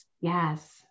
Yes